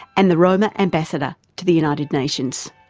and the roma ambassador to the united nations.